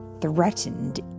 threatened